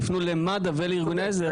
יפנו למד"א ולארגוני עזר,